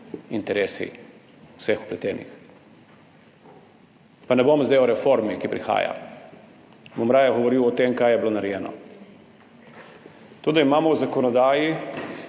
interesi vseh vpletenih. Pa ne bom zdaj o reformi, ki prihaja, raje bom govoril o tem, kaj je bilo narejeno. To, da imamo v zakonodaji,